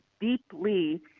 deeply